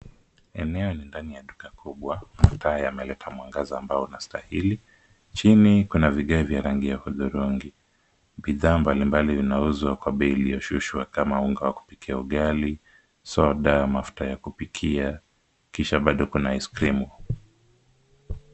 Eneo ni ndani ya duka kubwa mataa yameleta mwangaza ambao unastahili. Chini kuna vigae vya rangi ya huthurungi, bidhaa mbalimbali zinauzwa kwa bei iliyoshushwa kama vile unga wa kupikia ugali, soda, mafuta ya kupikia kisha bado kuna ice krimu .